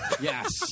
Yes